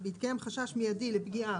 בהתקיים חשש מיידי לפגיעה.